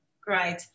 Great